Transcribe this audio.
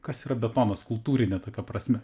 kas yra betonas kultūrine tokia prasme